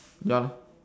ya lah